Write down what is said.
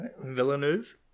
Villeneuve